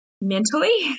mentally